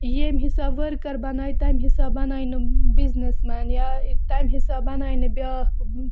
ییٚمہِ حِساب ؤرکَر بَنایہِ تَمہِ حِساب بَنایہِ نہٕ بِزنٮ۪س مین یا تَمہِ حِساب بَنایہِ نہٕ بیٛاکھ